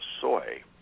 soy